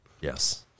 Yes